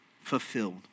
fulfilled